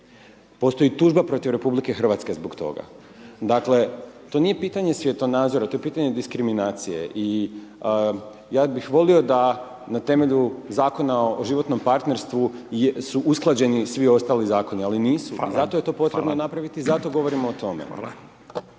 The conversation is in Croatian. Postoji tužba protiv RH zbog toga. Dakle, to nije pitanje svjetonazora, to je pitanje diskriminacije i ja bih volio da na temelju Zakona o životnom partnerstvu su usklađeni svi ostali Zakoni, ali nisu…/Upadica: Hvala/…zato je to potrebno napraviti i zato govorimo o tome.